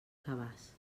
cabàs